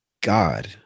God